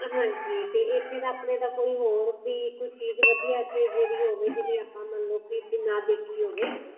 ਹਾਂਜੀ ਅਤੇ ਇੱਥੇ ਦਾ ਆਪਣੇ ਦਾ ਕੋਈ ਹੋਰ ਵੀ ਕੋਈ ਚੀਜ਼ ਵਧੀਆ ਚੀਜ਼ ਇੱਥੇ ਜਿਹੜੀ ਹੋਵੇ ਜਿਹੜੀ ਆਪਾਂ ਮਨ ਲਓ ਕਿ ਅੱਗੇ ਨਾ ਦੇਖੀ ਹੋਵੇ